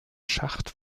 schacht